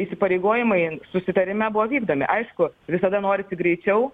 įsipareigojimai susitarime buvo vykdomi aišku visada norisi greičiau